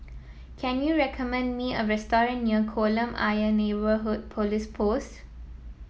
can you recommend me a restaurant near Kolam Ayer Neighbourhood Police Post